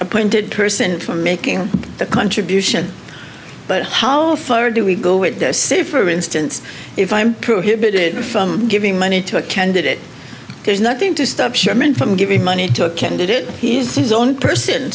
appointed person from making that contribution but how far do we go with say for instance if i'm prohibited from giving money to a candidate there's nothing to stop sherman from giving money to a candidate he is his own person